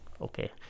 okay